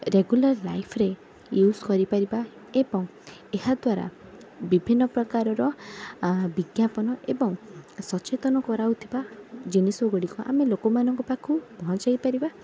regular ଲାଇଫରେ use କରିପାରିବା ଏବଂ ଏହା ଦ୍ଵାରା ବିଭିନ୍ନ ପ୍ରକାରର ଆ ବିଜ୍ଞାପନ ଏବଂ ସଚେତନ କରାଉଥିବା ଜିନିଷ ଗୁଡ଼ିକ ଆମେ ଲୋକମାନଙ୍କ ପାଖକୁ ପହଞ୍ଚାଇ ପାରିବା